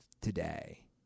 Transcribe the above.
today